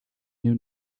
knew